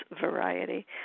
variety